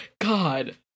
God